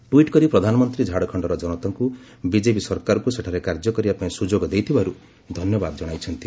tweet କରି ପ୍ରଧାନମନ୍ତ୍ରୀ ଝାଡ଼ଖଣ୍ଡର ଜନତାଙ୍କୁ ବିଜେପି ସରକାରକୁ ସେଠାରେ କାର୍ଯ୍ୟକରିବା ପାଇଁ ସୁଯୋଗ ଦେଇଥିବାରୁ ଧନ୍ୟବାଦ ଜଣାଇଛନ୍ତି